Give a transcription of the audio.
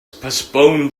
postpone